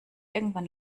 irgendwann